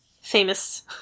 famous